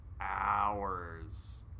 hours